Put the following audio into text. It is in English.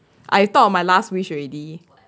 I thought of my last wish already